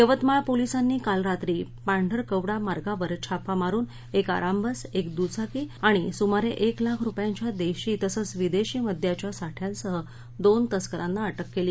यवतमाळ पोलिसांनी काल रात्री पांढरकवडा मार्गावर छापा मारुन एक आरामबस एक दुचाकी आणि सुमारे एक लाख रुपयांच्या देशी तसंच विदेशी मद्याच्या साठ्यासह दोन तस्करांना अटक केली